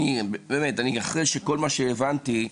אחרי כל מה שהבנתי,